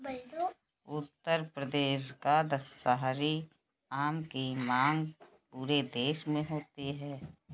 उत्तर प्रदेश का दशहरी आम की मांग पूरे देश में होती है